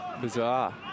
Bizarre